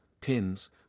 pins